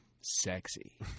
sexy